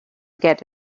get